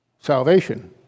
salvation